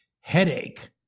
headache